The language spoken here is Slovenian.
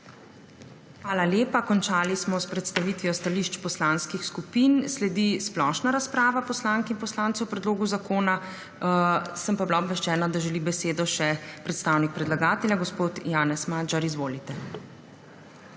Hvala lepa. Končali smo s predstavitvijo stališč poslanskih skupin. Sledi splošna razprava poslank in poslancev o predlogu zakona. Bila sem obveščena, da želi besedo še predstavnik predlagatelja. Gospod Janez Magyar, izvolite.